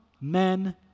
men